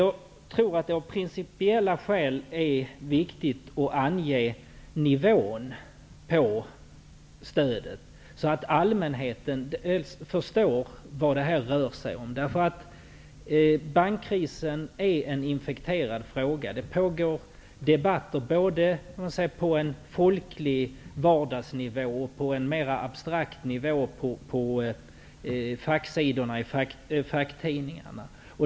Jag tror ändå att det av principiella skäl är viktigt att ange nivån på stödet, så att allmänheten förstår vad det rör sig om. Bankkrisen är en infekterad fråga. Det pågår debatter både på en folklig vardagsnivå och på en mera abstrakt nivå i facktidningarna.